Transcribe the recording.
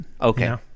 Okay